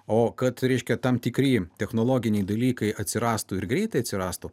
o kad reiškia tam tikri technologiniai dalykai atsirastų ir greitai atsirastų